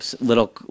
little